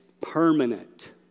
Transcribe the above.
permanent